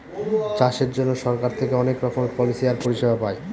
চাষের জন্য সরকার থেকে অনেক রকমের পলিসি আর পরিষেবা পায়